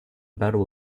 battle